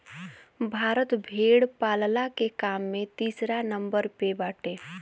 भारत भेड़ पालला के काम में तीसरा नंबर पे बाटे